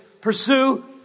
pursue